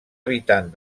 habitant